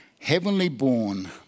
heavenly-born